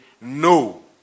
no